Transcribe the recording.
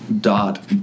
dot